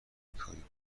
کاری